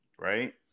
Right